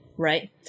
Right